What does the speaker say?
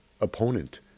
opponent